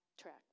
track